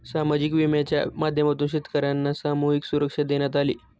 सामाजिक विम्याच्या माध्यमातून शेतकर्यांना सामूहिक सुरक्षा देण्यात आली